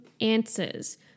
answers